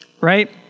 right